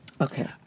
Okay